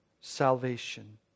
salvation